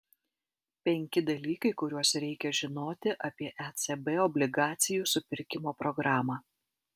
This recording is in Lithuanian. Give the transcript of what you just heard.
penki dalykai kuriuos reikia žinoti apie ecb obligacijų supirkimo programą